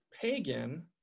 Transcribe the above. pagan